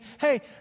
hey